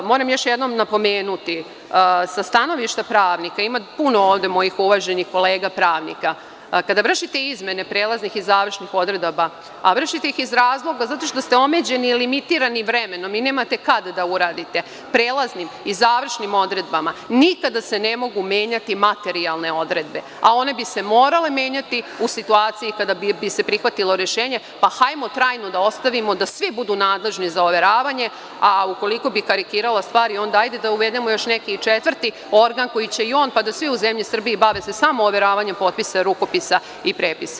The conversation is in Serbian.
Moram još jednom napomenuti, sa stanovišta pravnika, ima puno ovde mojih uvaženih kolega pravnika, kada vršite izmene prelaznih i završnih odredaba, a vršite ih iz razloga što ste omeđeni i limitirani vremenom i nemate kada da uradite, prelaznim i završnim odredbama nikada se ne mogu menjati materijalne odredbe, a one bi se morale menjati u situaciji kada bi se prihvatilo rešenje, pa hajmo trajno da ostavimo da svi budu nadležni za overavanje, a ukoliko bi karikirala stvari, onda hajde da uvedemo još neki četvrti organ koji će i on, pa da se svi u zemlji Srbiji bave samo overavanjem potpisa, rukopisa i prepisa.